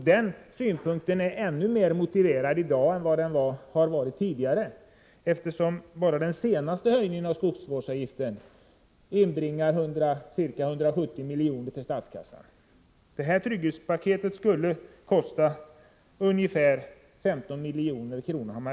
Den synpunkten är ännu mer motiverad i dag än den har varit tidigare, eftersom bara den senaste höjningen av skogsvårdsavgiften inbringar ca 170 milj.kr. till statskassan, och trygghetspaketet skulle kosta ungefär 15 milj.kr.